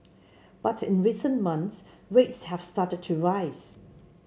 but in recent months rates have started to rise